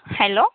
hello